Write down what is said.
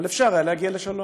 אבל אפשר היה להגיע לשלום,